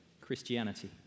Christianity